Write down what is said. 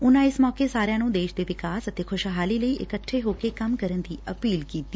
ਉਨਾਂ ਇਸ ਮੌਕੇ ਸਾਰਿਆਂ ਨੂੰ ਦੇਸ਼ ਦੇ ਵਿਕਾਸ ਅਤੇ ਖੁਸ਼ਹਾਲੀ ਲਈ ਇਕੱਠੇ ਹੋ ਕੇ ਕੰਮ ਕਰਨ ਦੀ ਅਪੀਲ ਕੀਡੀ